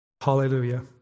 Hallelujah